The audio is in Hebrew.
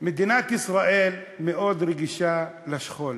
מדינת ישראל מאוד רגישה לשכול,